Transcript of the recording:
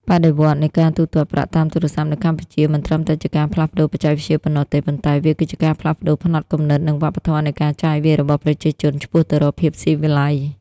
បដិវត្តន៍នៃការទូទាត់ប្រាក់តាមទូរស័ព្ទនៅកម្ពុជា មិនត្រឹមតែជាការផ្លាស់ប្តូរបច្ចេកវិទ្យាប៉ុណ្ណោះទេ ប៉ុន្តែវាគឺជាការផ្លាស់ប្តូរផ្នត់គំនិត និងវប្បធម៌នៃការចាយវាយរបស់ប្រជាជនឆ្ពោះទៅរកភាពស៊ីវិល័យ។